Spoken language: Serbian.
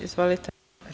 Izvolite.